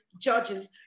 judges